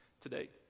today